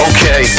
Okay